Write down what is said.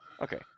Okay